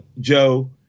Joe